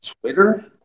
Twitter